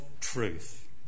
Truth